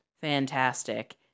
Fantastic